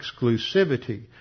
exclusivity